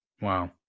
Wow